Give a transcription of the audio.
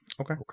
Okay